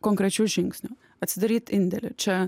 konkrečių žingsnių atsidaryt indėlį čia